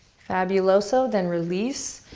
fabuloso, then release.